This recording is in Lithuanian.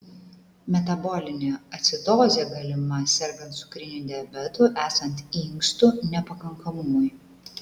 metabolinė acidozė galima sergant cukriniu diabetu esant inkstų nepakankamumui